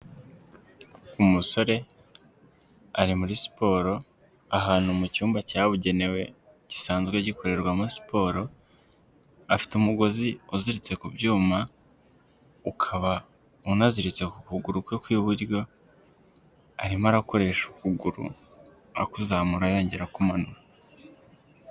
Umusore; ari muri siporo ahantu mu cyumba cyabugenewe gisanzwe gikorerwamo siporo, afite umugozi uziritse ku byuma ukaba unaziritse ku kuguru kwe kw'iburyo, arimo arakoresha ukuguru akuzamura yongera akumanura.